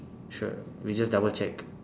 sure we just double check